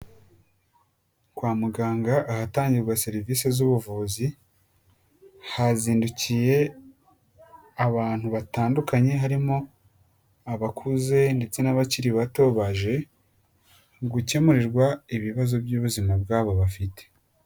Kwa muganga ahatangirwa serivisi z'ubuvuzi hazindukiye abantu batandukanye harimo abakuze ndetse n'abakiri bato, baje gukemurirwa ibibazo by'ubuzima bwabo bafite.